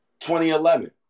2011